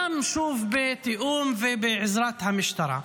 שוב, גם בתיאום ובעזרת המשטרה.